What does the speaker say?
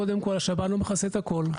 קודם כל השב"ן לא מכסה את הכל,